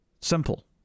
Simple